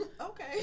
Okay